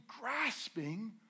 grasping